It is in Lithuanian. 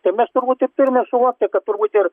tai mes turbūt ir turime suvokti kad turbūt ir